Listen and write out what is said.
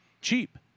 cheap